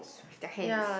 should be the hands